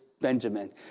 Benjamin